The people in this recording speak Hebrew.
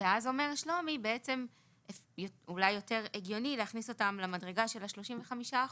ואז אומר שלומי שאולי יותר הגיוני להכניס אותם למדרגה של ה-35%.